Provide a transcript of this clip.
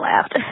laughed